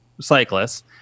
cyclists